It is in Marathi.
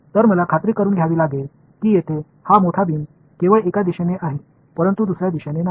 तर मला खात्री करुन घ्यावी लागेल की येथे हा मोठा बीम केवळ एका दिशेने आहे परंतु दुसर्या दिशेने नाही